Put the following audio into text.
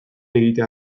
egitea